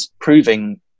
proving